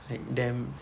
like damn